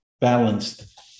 balanced